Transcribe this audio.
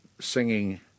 singing